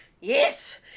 Yes